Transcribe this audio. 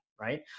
Right